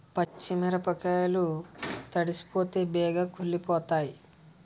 పచ్చి మిరపకాయలు తడిసిపోతే బేగి కుళ్ళిపోతాయి